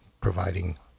providing